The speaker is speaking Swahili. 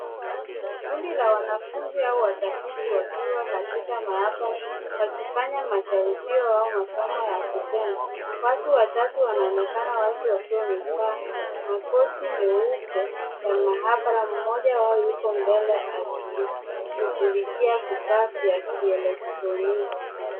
Kundi la wanafunzi au watafiti wakiwa katika maabara, wakifanya majaribio au masomo ya kigeni. Watu watatu wanaonekana wazi wakiwa wamevaa makoti meupe ya maabara, mmoja wao yuko, mbele akishughulikia vifaa vya kielektroniki.